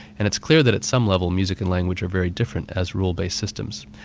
and it's clear that at some level music and language are very different as rule-based systems.